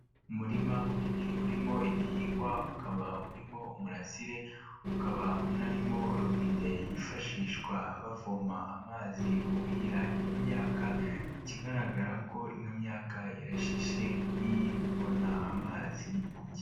Umurima munini urimo ibihingwa, ukaba urimo umurasire, ukaba unarimo robine yifashishwa bavoma amazi buhira ino myaka, ikigaragara ko ino myaka irashishe ibona amazi ku gihe.